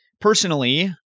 Personally